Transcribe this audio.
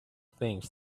things